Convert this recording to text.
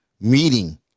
meeting